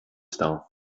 staff